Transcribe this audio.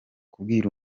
kubwira